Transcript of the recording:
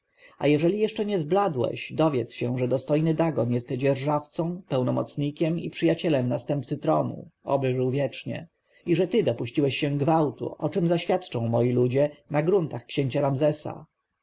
a jeżeli jeszcze nie zbladłeś dowiedz się że dostojny dagon jest dzierżawcą pełnomocnikiem i przyjacielem następcy tronu oby żył wiecznie i że ty dopuściłeś się gwałtu o czem zaświadczą moi ludzie na gruntach księcia ramzesa